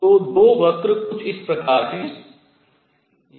तो दो वक्र कुछ इस प्रकार हैं